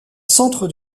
centre